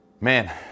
Man